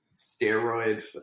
steroid